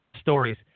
stories